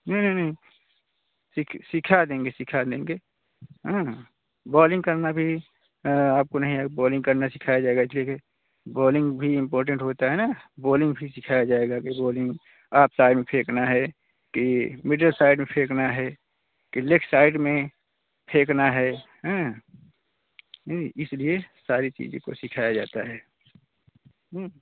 नहीं नहीं नहीं सीखा देंगे सीखा देंगे हाँ बॉलिंग करना भी आपको नहीं आता बॉलिंग करना सिखाया जाएगा ठीक है बॉलिंग भी इम्पॉर्टन्ट होता है ना बॉलिंग भी सिखाया जाएगा कि बॉलिंग आप साइड में फेंकना है कि मिडिल साइड में फेंकना है कि लेग साइड में फेंकना है इसलिए सारी चीज़ों को सिखाया जाता है